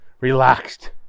relaxed